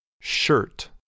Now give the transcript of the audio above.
Shirt